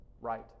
right